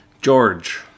George